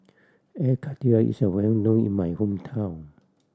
Air Karthira is well known in my hometown